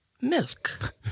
milk